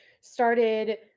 started